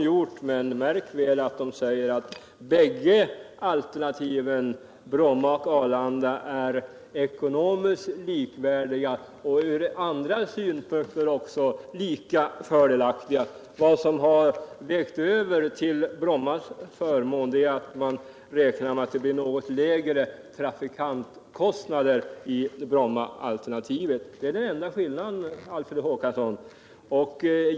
Ja, men märk väl att man säger att bägge alternativen är ekonomiskt likvärdiga och lika fördelaktiga också ur andra synpunkter. Vad som vägt över till Brommas förmån är att man räknar med något lägre trafikantkostnader i Brommaalternativet. Det är den enda skillnaden, Alfred Håkansson.